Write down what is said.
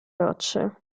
rocce